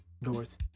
North